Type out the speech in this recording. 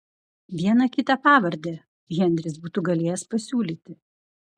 vieną kitą pravardę henris būtų galėjęs pasiūlyti